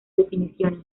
definiciones